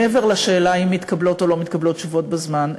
מעבר לשאלה אם מתקבלות או לא מתקבלות תשובות בזמן.